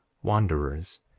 wanderers,